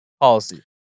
policy